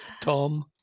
Tom